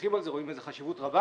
מברכים על זה, רואים בזה חשיבות רבה,